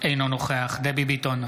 אינו נוכח דבי ביטון,